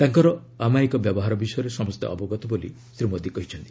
ତାଙ୍କର ଆମାୟିକ ବ୍ୟବହାର ବିଷୟରେ ସମସ୍ତେ ଅବଗତ ବୋଲି ଶ୍ରୀ ମୋଦୀ କହିଛନ୍ତି